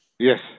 Yes